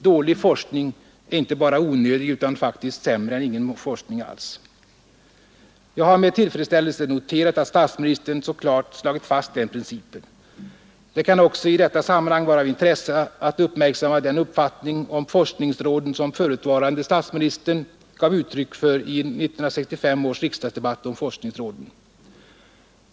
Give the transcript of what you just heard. Dålig forskning är inte bara onödig utan faktiskt sämre än ingen forskning alls. Jag har med tillfredsställelse noterat att statsministern så klart slagit fast den principen. Det kan också i detta sammanhang vara av intresse att uppmärksamma den uppfattning om forskningsråden som förutvarande statsministern gav uttryck för i 1965 års riksdagsdebatt om forskningsråden.